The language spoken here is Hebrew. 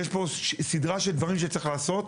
יש פה סדרה של דברים שצריך לעשות.